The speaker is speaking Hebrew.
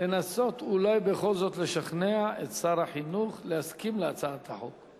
לנסות אולי בכל זאת לשכנע את שר החינוך להסכים להצעת החוק.